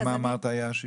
כמה אמרת היה השיפוי?